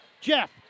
Jeff